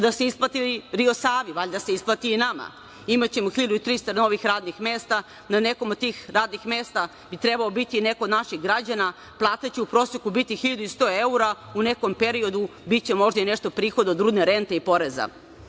kada se isplati Rio Savi, valjda se isplati i nama, imaćemo 1300 novih radnih mesta, na nekom od tih radnih mesta bi trebao biti neko od naših građana, plata će u proseku biti 1100 evra, u nekom periodu biće možda i nešto prihoda od rudne rente i poreza.